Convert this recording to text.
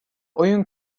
oyun